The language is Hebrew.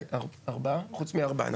חוץ מארבעה.